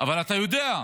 אבל אתה יודע,